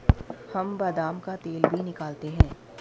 हम बादाम का तेल भी निकालते हैं